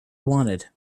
wanted